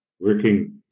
working